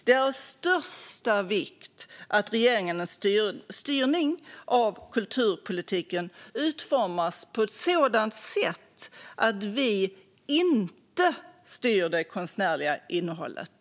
Det är av största vikt att regeringens styrning av kulturpolitiken utformas på ett sådant sätt att vi inte styr det konstnärliga innehållet.